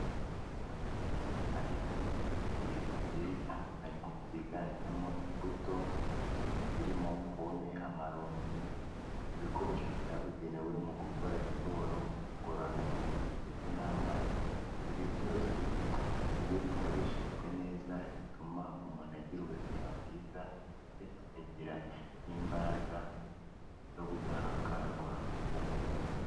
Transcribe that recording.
Ameza ariho ibintu bigiye bitandukanye byiganjemo imbuto zirimo pome, amarongi, ibikoresho byabugenewe mu gukora siporo ngororamubiri ndetse n'amazi, ibi byose iyo bikoreshejwe neza bituma umuntu agira ubuzima bwiza ndetse akagira n'imbaraga n'ubudahangarwa bw'umubiri.